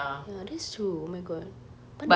ya that's true oh my god but